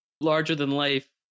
larger-than-life